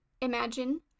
imagine